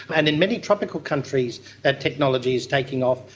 and in many tropical countries that technology is taking off.